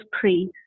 praise